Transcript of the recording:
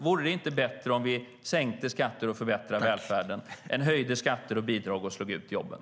Vore det inte bättre om vi sänkte skatter och förbättrade välfärden än höjde skatter och bidrag och slog ut jobben?